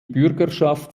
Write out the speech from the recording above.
bürgerschaft